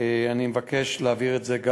אני מבקש להעביר גם